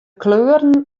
kleuren